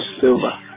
silver